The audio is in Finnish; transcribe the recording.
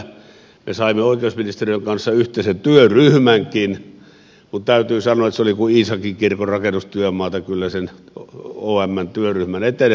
me saimme oikeusministeriön kanssa yhteisen työryhmänkin mutta täytyy sanoa että se oli kyllä kuin iisakinkirkon rakennustyömaata sen omn työryhmän eteneminen